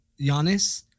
Giannis